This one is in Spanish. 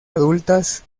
adultas